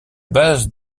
base